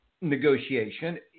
negotiation